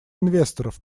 инвесторов